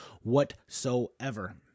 whatsoever